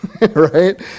right